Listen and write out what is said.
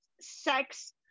sex